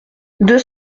deux